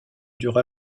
dura